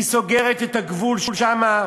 היא סוגרת את הגבול שם,